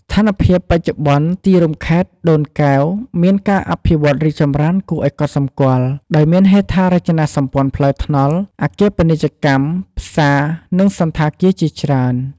ស្ថានភាពបច្ចុប្បន្ន ទីរួមខេត្តដូនកែវមានការអភិវឌ្ឍរីកចម្រើនគួរឱ្យកត់សម្គាល់ ដោយមានហេដ្ឋារចនាសម្ព័ន្ធផ្លូវថ្នល់ អគារពាណិជ្ជកម្ម ផ្សារ និងសណ្ឋាគារជាច្រើន។